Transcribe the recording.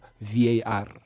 VAR